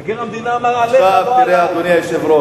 מבקר המדינה אמר עליך, לא עלי.